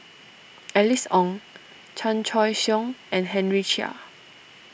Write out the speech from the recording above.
Alice Ong Chan Choy Siong and Henry Chia